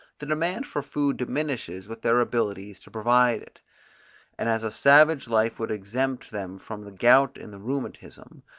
the demand for food diminishes with their abilities to provide it and as a savage life would exempt them from the gout and the rheumatism,